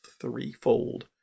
threefold